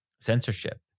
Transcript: censorship